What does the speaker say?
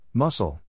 Muscle